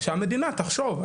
שהמדינה תחשוב,